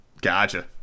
Gotcha